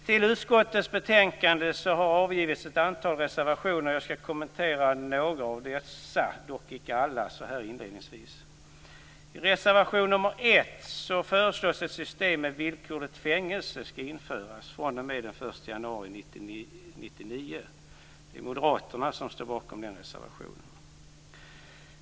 Till utskottets betänkande har avgivits ett antal reservationer. Jag skall kommentera några av dessa, så här inledningsvis dock icke alla. I reservation nr 1 föreslås att ett system med villkorligt fängelse skall införas den 1 januari 1999. Det är moderaterna som står bakom den reservationen.